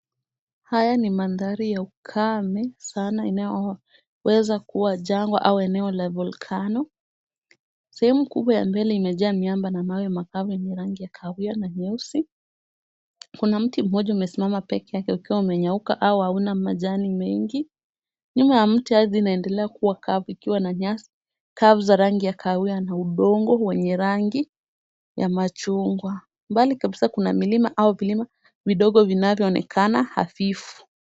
Haya ni mandhari ya ukame sana, inayoweza kuwa jangwa au eneo la volcano . Sehemu kubwa ya mbele imejaa miamba, na mawe makavu yenye rangi ya kahawia na nyeusi. Kuna mti mmoja umesimama peke yake, ukiwa umenyauka au hauna majani mengi. Nyuma ya mti, ardhi inaendelea kuwa kavu, ikiwa na nyasi kavu za rangi ya kahawia na udongo wenye rangi ya machungwa. Mbali kabisa kuna milima au vilima vidogo vinavyoonekana hafifu.